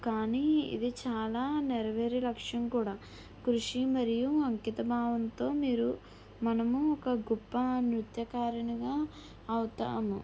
కానీ ఇది చాలా నెరవేరే లక్ష్యం కూడా కృషి మరియు అంకితభావంతో మీరు మనము ఒక గొప్ప నృత్యకారునిగా అవుతాము